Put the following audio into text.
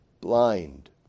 blind